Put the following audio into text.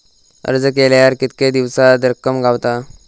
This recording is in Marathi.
अर्ज केल्यार कीतके दिवसात रक्कम गावता?